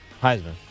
Heisman